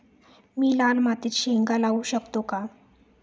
मी लाल मातीत शेंगा लावू शकतो का?